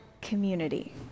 community